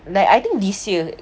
like I think this year